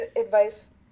advice